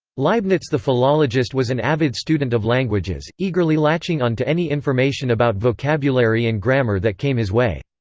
leibniz the philologist was an avid student of languages, eagerly latching on to any information about vocabulary and grammar that came his way.